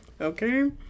Okay